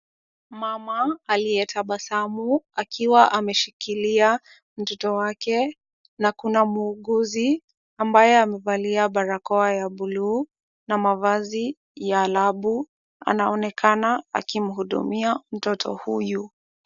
Mama aliyetabasamu akiwa ameshikilia mtoto wake, na kuna muuguzi ambaye amevalia barakoa ya bluu na mavazi ya labu anaonekana akimhudumia mtoto huyu.